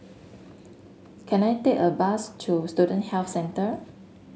can I take a bus to Student Health Centre